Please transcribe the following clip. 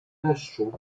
deszczu